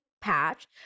patch